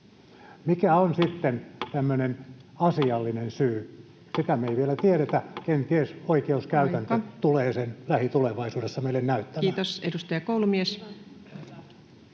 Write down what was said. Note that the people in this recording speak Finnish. koputtaa] tämmöinen asiallinen syy, sitä me ei vielä tiedetä. Kenties oikeuskäytäntö [Puhemies: Aika!] tulee sen lähitulevaisuudessa meille näyttämään. Kiitos. — Edustaja Koulumies.